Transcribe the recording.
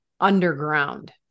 underground